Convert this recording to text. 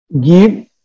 give